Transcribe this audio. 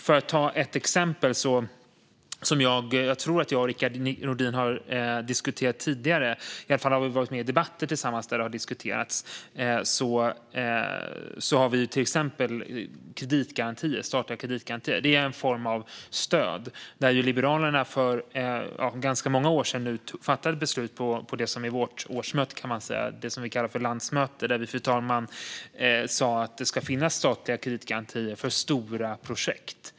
Låt mig ta ett exempel som jag tror att jag och Rickard Nordin har diskuterat tidigare - i alla fall har vi varit med i debatter tillsammans där det har diskuterats: Statliga kreditgarantier är en form av stöd. För ganska många år sedan fattade Liberalerna ett beslut på sitt årsmöte, som vi kallar för landsmöte, om att det ska finnas statliga kreditgarantier för stora projekt.